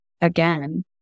again